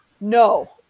No